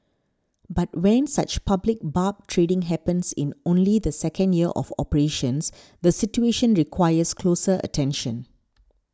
but when such public barb trading happens in only the second year of operations the situation requires closer attention